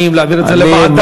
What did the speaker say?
האם להעביר לוועדה?